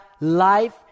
life